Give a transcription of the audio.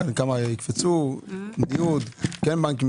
כן בנקים,